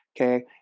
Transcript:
okay